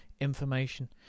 information